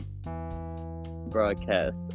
broadcast